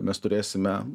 mes turėsime